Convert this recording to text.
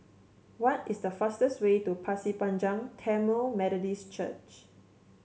what is the fastest way to Pasir Panjang Tamil Methodist Church